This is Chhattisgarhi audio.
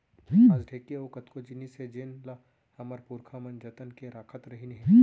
आज ढेंकी अउ कतको जिनिस हे जेन ल हमर पुरखा मन जतन के राखत रहिन हे